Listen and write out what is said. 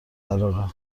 قراره